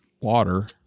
water